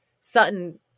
Sutton